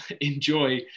enjoy